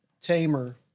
tamer